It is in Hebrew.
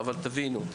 אבל תבינו,